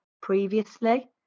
previously